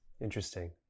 Interesting